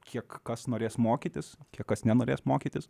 kiek kas norės mokytis kiek kas nenorės mokytis